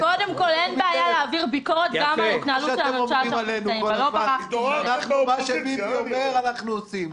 כפי שאתם אומרים עלינו כל הזמן שמה שביבי אומר אנחנו עושים.